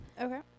Okay